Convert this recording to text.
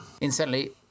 Instantly